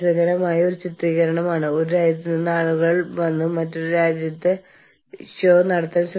പക്ഷേ കഴിയുന്നിടത്തോളം നിങ്ങളുടെ പ്രശ്നങ്ങൾ നിങ്ങൾ തന്നെ കൈകാര്യം ചെയ്യുക അത് പൂർത്തിയാക്കുക